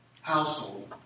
household